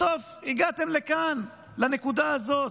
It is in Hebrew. בסוף הגעתם לכאן, לנקודה הזאת,